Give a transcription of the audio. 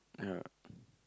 yeah